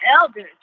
elders